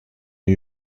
new